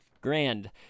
grand